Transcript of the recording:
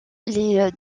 les